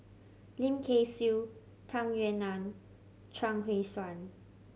Lim Kay Siu Tung Yue Nang Chuang Hui Tsuan